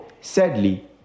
sadly